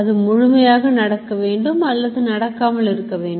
அது முழுமையாக நடக்க வேண்டும் அல்லது நடக்காமல் இருக்க வேண்டும்